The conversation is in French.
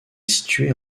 située